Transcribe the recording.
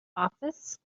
office